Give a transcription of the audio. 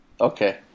okay